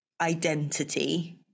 identity